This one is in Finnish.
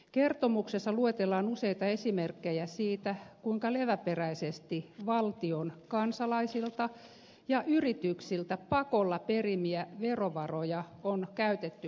kertomuksessa luetellaan useita esimerkkejä siitä kuinka leväperäisesti valtion kansalaisilta ja yrityksiltä pakolla perimiä verovaroja on käytetty hallinnossa